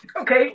okay